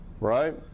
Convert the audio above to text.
Right